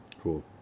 cool